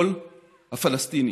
לכל הפלסטינים: